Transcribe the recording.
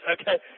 okay